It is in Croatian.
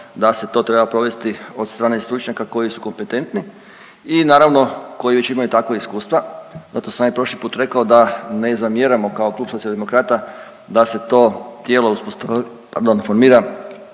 da se to treba provesti od strane stručnjaka koji su kompetentni i naravno koji već imaju takva iskustva. Zato sam ja prošli put rekao da ne zamjeramo kao klub Socijaldemokrata, da se to tijelo pardon formira